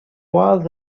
was